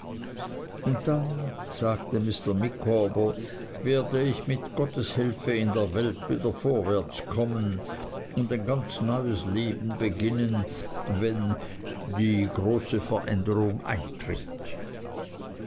und dann sagte mr micawber werde ich mit gottes hilfe in der welt wieder vorwärts kommen und ein ganz neues leben beginnen wenn die große veränderung eintritt